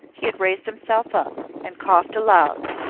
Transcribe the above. he had raised himself up, and coughed aloud,